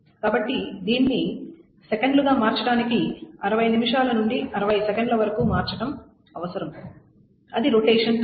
కాబట్టి దీన్ని సెకన్లుగా మార్చడానికి 60 నిమిషాల నుండి 60 సెకన్ల వరకు మార్చడం అవసరం అది రొటేషన్ టైం